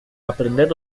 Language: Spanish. aprender